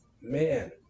man